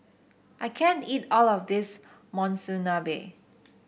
I can't eat all of this Monsunabe